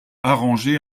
arrangé